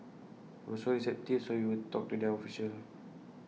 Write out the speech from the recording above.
he was receptive so we will talk to their officials